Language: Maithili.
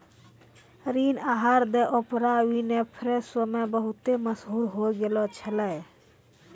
ऋण आहार द ओपरा विनफ्रे शो मे बहुते मशहूर होय गैलो छलै